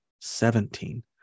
seventeen